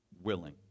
willing